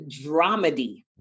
dramedy